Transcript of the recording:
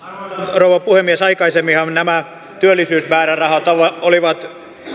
rouva puhemies aikaisemminhan nämä työllisyysmäärärahat olivat